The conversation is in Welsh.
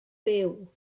fyw